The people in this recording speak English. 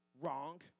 Wrong